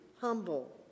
humble